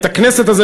את הכנסת הזו.